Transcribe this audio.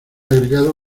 agregado